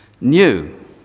new